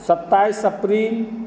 सत्ताईस अप्रील